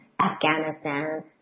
Afghanistan